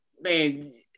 man